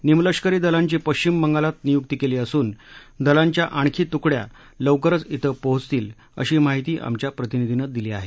निमलष्करी दलांची पश्चिम बंगालात नियुक्ती केली असून दलांच्या आणखी तुकड्या लवकरच क्वे पोहोचतील अशी माहिती आमच्या प्रतिनिधीनं दिली आहे